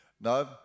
No